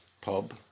pub